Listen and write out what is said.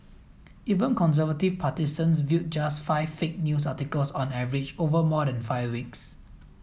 even conservative partisans viewed just five fake news articles on average over more than five weeks